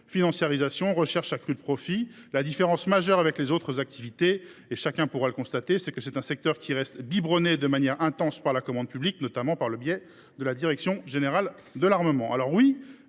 financiarisation, recherche accrue du profit. La différence majeure avec les autres activités – chacun pourra le constater – est que le secteur reste biberonné de manière intense par la commande publique, notamment la direction générale de l’armement. Alors oui,